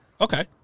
Okay